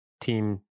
team